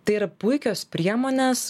tai yra puikios priemonės